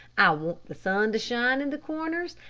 i want the sun to shine in the corners,